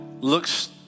looks